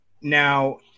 now